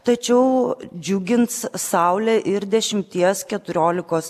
tačiau džiugins saulė ir dešimties keturiolikos